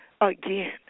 again